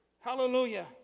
Hallelujah